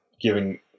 giving